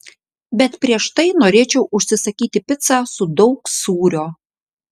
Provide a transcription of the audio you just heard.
bet prieš tai norėčiau užsisakyti picą su daug sūrio